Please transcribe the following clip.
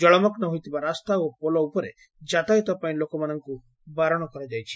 ଜଳମଗ୍ନ ହୋଇଥିବା ରାସ୍ତା ଓ ପୋଲ ଉପରେ ଯାତାୟତ ପାଇଁ ଲୋକମାନଙ୍କୁ ବାରଣ କରାଯାଇଛି